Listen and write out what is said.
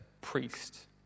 priest